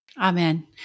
Amen